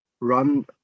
run